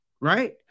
right